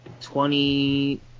twenty